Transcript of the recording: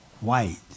white